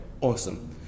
awesome